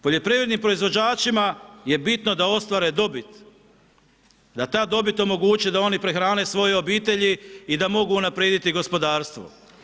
Poljoprivrednim proizvođačima je bitno da ostvare dobit, da ta dobit omogućuje da oni prehrane svoje obitelji i da mogu unaprijediti gospodarstvo.